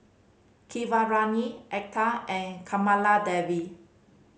Keeravani Atal and Kamaladevi